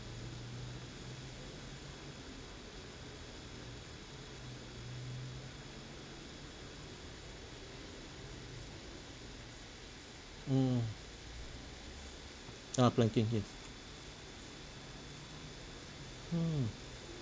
mm ah planking yes mm